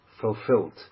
fulfilled